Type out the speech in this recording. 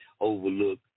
overlook